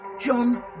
John